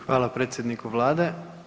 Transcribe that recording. Hvala predsjedniku Vlade.